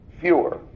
fewer